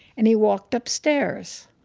and he walked upstairs.